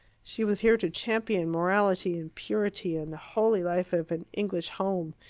she was here to champion morality and purity, and the holy life of an english home.